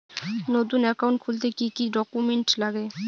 নতুন একাউন্ট খুলতে কি কি ডকুমেন্ট লাগে?